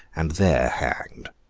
and there hanged.